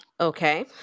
okay